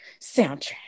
soundtrack